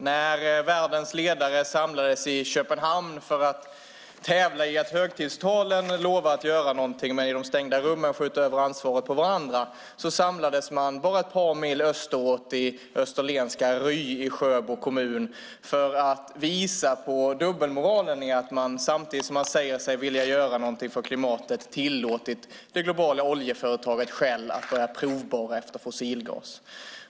När världens ledare samlades i Köpenhamn för att tävla om att i högtidstalen lova att göra något samtidigt som man i de stängda rummen sköt över ansvaret på varandra samlades man bara ett par mil österut, i österlenska Ry i Sjöbo kommun, för att visa på dubbelmoralen i att man samtidigt som man säger sig vilja göra något för klimatet har tillåtit det globala oljeföretaget Shell att börja provborra efter fossilgas.